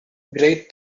great